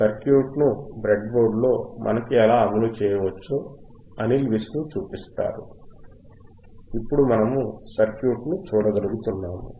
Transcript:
సర్క్యూట్ను బ్రెడ్బోర్డ్లో మనకు ఎలా అమలు చేయవచ్చో అనిల్ విష్ణు చూపిస్తారు ఇప్పుడు మనము సర్క్యూట్ను చూడగలుగుతున్నాము